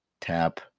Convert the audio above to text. tap